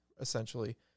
essentially